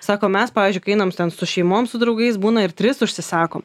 sako mes pavyzdžiui kai einam ten su šeimom su draugais būna ir tris užsisakom